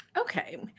Okay